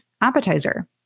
appetizer